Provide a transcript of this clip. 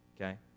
okay